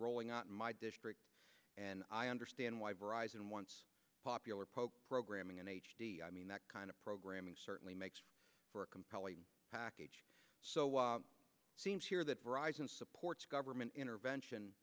rolling out my district and i understand why verizon once popular poke programming in h d i mean that kind of programming certainly makes for a compelling package so it seems here that verizon supports government intervention